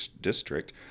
district